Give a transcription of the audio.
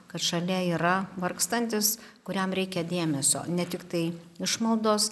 kad šalia yra vargstantis kuriam reikia dėmesio ne tiktai išmaldos